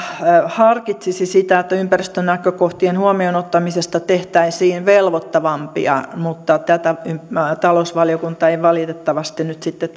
harkitsisi sitä että ympäristönäkökohtien huomioon ottamisesta tehtäisiin velvoittavampaa mutta tätä toivetta talousvaliokunta ei valitettavasti nyt sitten